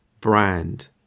brand